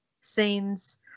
scenes